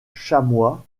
chamois